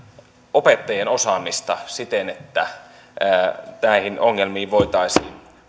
opettajien osaamista siten että näihin ongelmiin voitaisiin